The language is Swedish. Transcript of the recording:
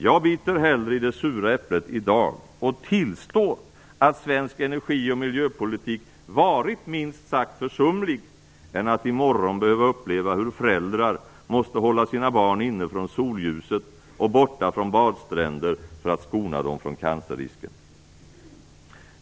Jag biter hellre i det sura äpplet i dag, och tillstår att svensk energi och miljöpolitik varit minst sagt försumlig, än att i morgon behöva uppleva hur föräldrar måste hålla sina barn inne från solljuset och borta från badstränder för att skona dem från cancerrisken.